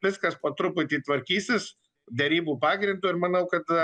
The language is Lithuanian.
viskas po truputį tvarkysis derybų pagrindu ir manau kad